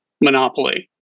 monopoly